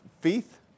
faith